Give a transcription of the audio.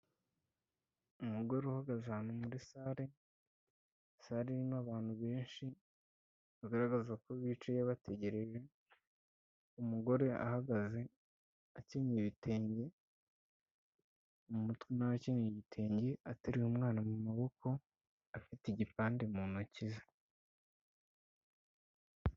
Umugore uhagaze ahantu muri sare, sare irimo benshi, bagaragaza ko bicaye bategereje, umugore ahagaze akenyeye ibitenge mu mutwe, nawe akenyenye igitenge ateruye umwana mu maboko, afite igipande mu ntoki ze.